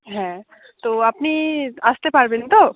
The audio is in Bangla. হ্যাঁ তো আপনি আসতে পারবেন তো